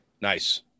nice